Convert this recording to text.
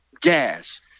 gas